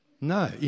No